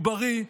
הוא בריא,